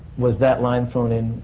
was that line thrown in?